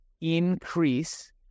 increase